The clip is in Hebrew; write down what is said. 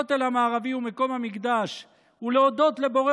הכותל המערבי ומקום המקדש ולהודות לבורא